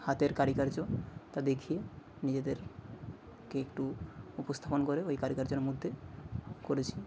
হাতের কারুকার্য তা দেখিয়ে নিজেদেরকে একটু উপস্থাপন করে ওই কারুকার্যের মধ্যে করেছি